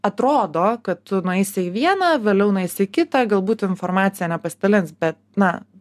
atrodo kad tu nueisi į vieną vėliau nueisi į kitą galbūt informacija nepasidalins bet na